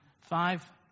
five